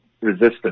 resistant